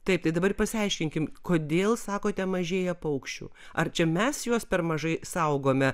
taip tai dabar pasiaiškinkim kodėl sakote mažėja paukščių ar čia mes juos per mažai saugome